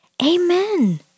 Amen